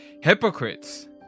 Hypocrites